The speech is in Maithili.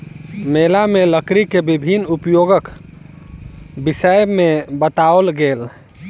मेला में लकड़ी के विभिन्न उपयोगक विषय में बताओल गेल